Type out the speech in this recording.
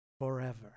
Forever